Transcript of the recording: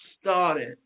started